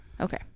okay